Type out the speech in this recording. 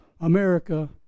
America